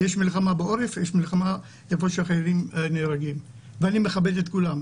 יש מלחמה בעורף ויש מלחמה איפה שהחיילים נהרגים ואני מכבד את כולם.